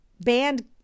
band